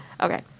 Okay